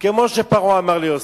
כמו שפרעה אמר ליוסף: